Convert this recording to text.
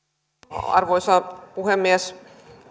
arvoisa puhemies